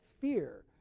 fear